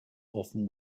often